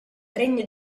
regno